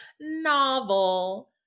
novel